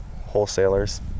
wholesalers